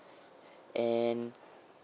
and